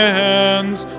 hands